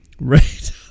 Right